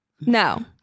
no